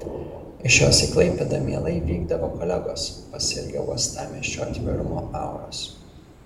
iš jos į klaipėdą mielai vykdavo kolegos pasiilgę uostamiesčio atvirumo auros